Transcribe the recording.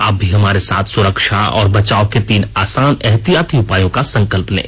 आप भी हमारे साथ सुरक्षा और बचाव के तीन आसान एहतियाती उपायों का संकल्प लें